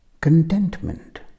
contentment